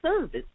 service